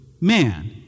man